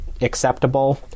acceptable